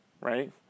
right